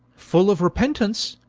full of repentance,